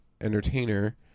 entertainer